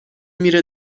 میره